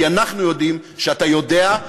כי אנחנו יודעים שאתה יודע,